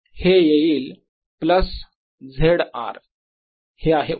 तर हे येईल प्लस z R हे आहे उत्तर